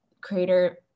creator